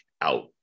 out